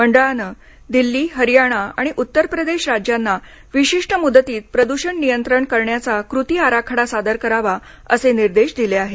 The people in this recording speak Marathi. मंडळाने दिल्ली हरयाणा आणि उत्तर प्रदेश राज्यांना विशिष्ट मुदतीत प्रदेषण नियंत्रण करण्याचा कृती आराखडा सादर करावा असे निर्देश दिले आहेत